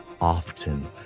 often